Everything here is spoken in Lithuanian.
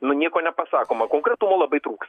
nu nieko nepasakoma konkretumo labai trūks